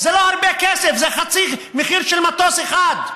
זה לא הרבה כסף, זה חצי מחיר של מטוס אחד,